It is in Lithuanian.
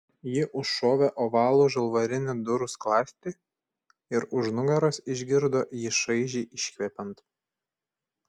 ji užšovė ovalų žalvarinį durų skląstį ir už nugaros išgirdo jį šaižiai iškvepiant